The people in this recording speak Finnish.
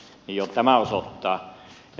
jo tämä osoittaa sen